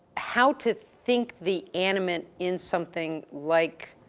how to think the animate in something like